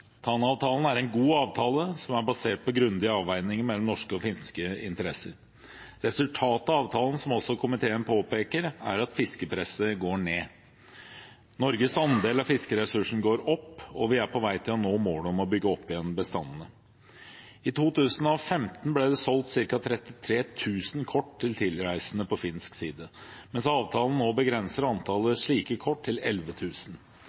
Tana-avtalen er en god avtale, som er basert på grundige avveininger mellom norske og finske interesser. Resultatet av avtalen, som også komiteen påpeker, er at fiskepresset går ned. Norges andel av fiskeressursen går opp, og vi er på vei til å nå målet om å bygge opp igjen bestandene. I 2015 ble det solgt ca. 33 000 kort til tilreisende på finsk side, mens avtalen nå begrenser antallet slike kort til